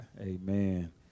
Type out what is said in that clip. Amen